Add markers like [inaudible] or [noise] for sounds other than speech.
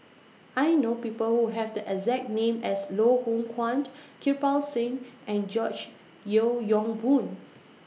I know People Who Have The exact name as Loh Hoong Kwan [noise] Kirpal Singh and George Yeo Yong Boon